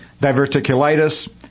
diverticulitis